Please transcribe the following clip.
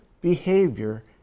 behavior